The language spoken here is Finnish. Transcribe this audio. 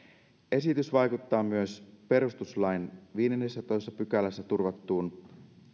esitys vaikuttaa myös perustuslain viidennessätoista pykälässä turvattuun